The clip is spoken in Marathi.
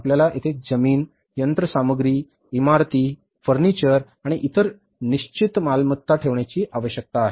आपल्याला येथे जमीन यंत्रसामग्री इमारती फर्निचर आणि इतर निश्चित मालमत्ता ठेवण्याची आवश्यकता आहे